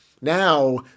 Now